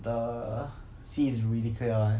the sea is really clear ah